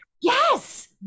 Yes